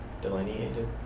Delineated